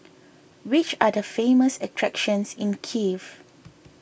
which are the famous attractions in Kiev